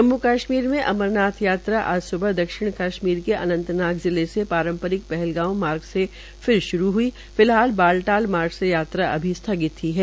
जम्मू कश्मीर में अमरनाथ यात्रा आज सुबह दक्षिण कशमीर के अंनतनाम जिले से पारंपरिक पहलगांव मार्ग से फिर श्रू हुई फिलहाल बालटाल मार्ग से यात्रा अभी स्थिगत ही है